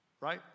right